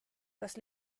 kas